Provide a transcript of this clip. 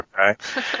Okay